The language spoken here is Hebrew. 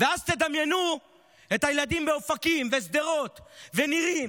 ואז תדמיינו את הילדים באופקים ושדרות ונירים